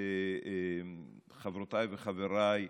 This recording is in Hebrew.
חברותיי וחבריי,